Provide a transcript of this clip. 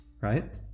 right